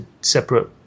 separate